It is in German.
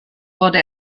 wurde